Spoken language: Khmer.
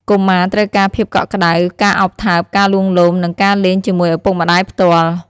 កុមារត្រូវការភាពកក់ក្ដៅ ការឱបថើប ការលួងលោម និងការលេងជាមួយឪពុកម្ដាយផ្ទាល់។